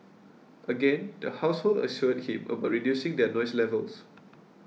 again the household assured him about reducing their noise levels